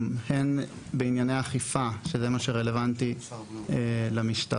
הן בענייני אכיפה שזה מה שרלבנטי למשטרה,